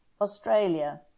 Australia